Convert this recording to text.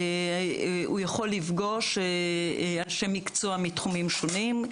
הוא יכול לפגוש אנשי מקצוע מתחומים שונים.